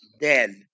dead